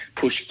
push